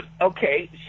okay